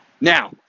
Now